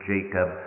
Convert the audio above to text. Jacob